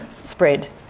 spread